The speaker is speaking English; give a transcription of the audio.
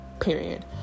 period